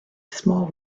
small